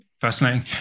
fascinating